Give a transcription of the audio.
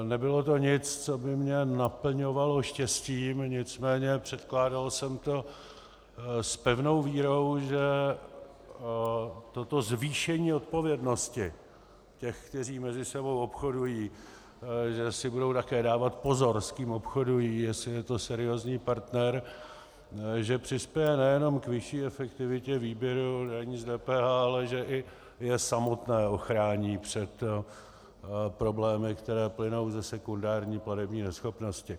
Nebylo to nic, co by mě naplňovalo štěstím, nicméně předkládal jsem to s pevnou vírou, že toto zvýšení odpovědnosti těch, kteří mezi sebou obchodují, že si budou také dávat pozor, s kým obchodují, jestli je to seriózní partner, že přispěje nejenom k vyšší efektivitě výběru daní z DPH, ale že i je samotné ochrání před problémy, které plynou ze sekundární platební neschopnosti.